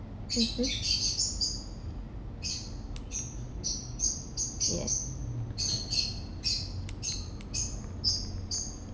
mmhmm yeah